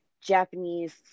Japanese